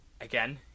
Again